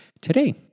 today